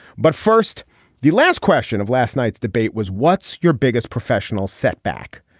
but first the last question of last night's debate was what's your biggest professional setback.